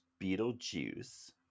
Beetlejuice